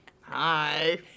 hi